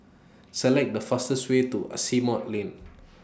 Select The fastest Way to Asimont Lane